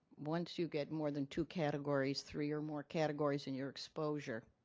once you get more than two categories three or more categories in your exposure,